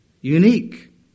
unique